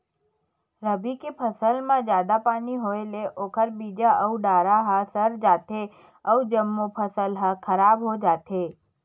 रबी के फसल म जादा पानी होए ले ओखर बीजा अउ डारा ह सर जाथे अउ जम्मो फसल ह खराब हो जाथे